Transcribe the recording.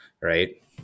right